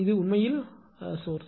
இது உண்மையில் சோர்ஸ்